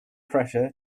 pressure